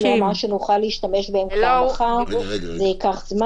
שנוכל להשתמש בהן כהלכה.